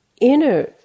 inner